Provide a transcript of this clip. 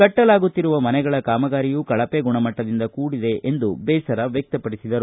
ಕಟ್ಟಲಾಗುತ್ತಿರುವ ಮನೆಗಳ ಕಾಮಗಾರಿಯೂ ಕಳಪೆ ಗುಣಮಟ್ಟದಿಂದ ಕೂಡಿದೆ ಎಂದು ಬೇಸರ ವ್ಯಕ್ತಪಡಿಸಿದರು